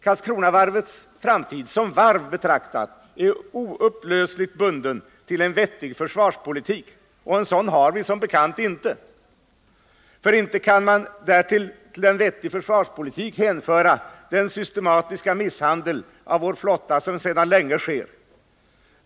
Karlskronavarvets framtid såsom varv betraktat är oupplösligt bunden till en vettig försvarspolitik — och en sådan har vi som bekant inte. För inte kan man till en vettig försvarspolitik hänföra den systematiska misshandel av vår flotta som sedan länge sker.